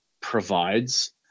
provides